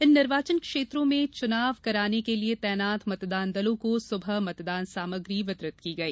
इन निर्वाचन क्षेत्रों में चुनाव कराने के लिए तैनात मतदान दलों को सुबह मतदान सामग्री वितरित की गई